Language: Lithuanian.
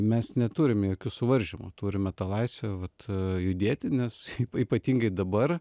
mes neturim jokių suvaržymų turime tą laisvę vat judėti nes ypatingai dabar